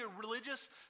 religious